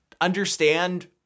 understand